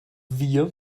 wir